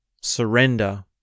surrender